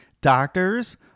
doctors